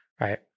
right